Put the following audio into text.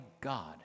God